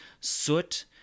soot